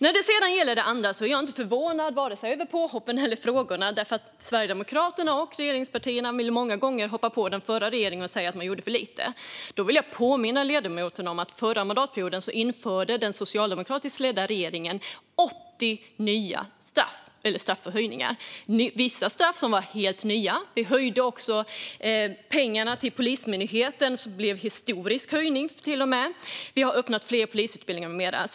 När det sedan gäller det andra är jag inte förvånad vare sig över påhoppen eller frågorna. Sverigedemokraterna och regeringspartierna vill många gånger hoppa på den förra regeringen och säga att den gjorde för lite. Då vill jag påminna ledamoten om att den socialdemokratiskt ledda regeringen under den förra mandatperioden införde 80 nya straff eller straffhöjningar. Vissa straff var helt nya. Vi ökade också pengarna till Polismyndigheten i en historisk höjning. Vi har öppnat fler polisutbildningar med mera.